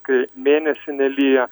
kai mėnesį nelyja